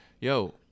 yo